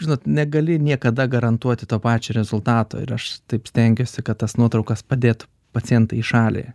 žinot negali niekada garantuoti to pačio rezultato ir aš taip stengiuosi kad tas nuotraukos padėt pacientui į šalį